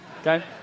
okay